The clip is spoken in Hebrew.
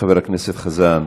חבר הכנסת חזן,